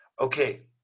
Okay